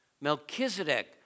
Melchizedek